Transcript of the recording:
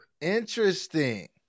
Interesting